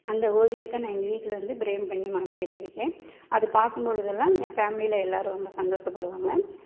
அந்த ஓவியத்தை நான் எங்கள் வீட்டில் வந்து ப்ரேம் பண்ணி மாட்டி வச்சிருக்கேன் அது பார்க்கும்பொலுதெல்லாம் ஏன் ஃபேமிலியில எல்லாரும் ரொம்ப சந்தோச படுவாங்க